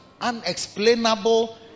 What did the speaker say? unexplainable